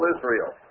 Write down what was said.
Israel